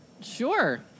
Sure